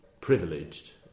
privileged